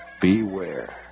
Beware